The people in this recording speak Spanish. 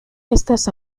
estas